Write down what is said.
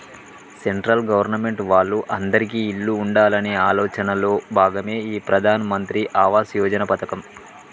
central government వాళ్ళు అందిరికీ ఇల్లు ఉండాలనే ఆలోచనలో భాగమే ఈ ప్రధాన్ మంత్రి ఆవాస్ యోజన పథకం